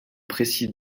précis